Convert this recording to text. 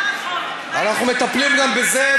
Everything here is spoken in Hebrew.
אנחנו מטפלים גם בזה,